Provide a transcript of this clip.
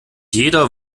jeder